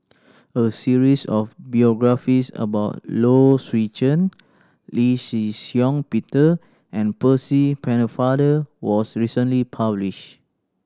a series of biographies about Low Swee Chen Lee Shih Shiong Peter and Percy Pennefather was recently publish